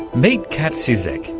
meet kat cizek,